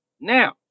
Now